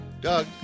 Doug